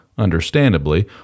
understandably